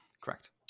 correct